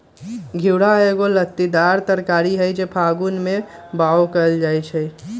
घिउरा एगो लत्तीदार तरकारी हई जे फागुन में बाओ कएल जाइ छइ